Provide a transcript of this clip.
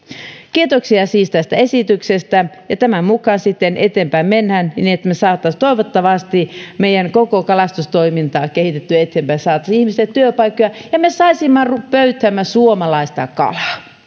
kiitoksia siis tästä esityksestä tämän mukaan sitten eteenpäin mennään niin että me saisimme toivottavasti meidän koko kalastustoimintaamme kehitettyä eteenpäin saisimme ihmisille työpaikkoja ja me saisimme pöytäämme suomalaista kalaa